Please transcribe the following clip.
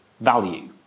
value